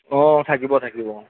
অঁ থাকিব থাকিব অঁ